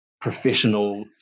professional